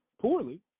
poorly